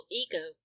ego